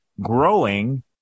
growing